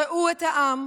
ראו את העם,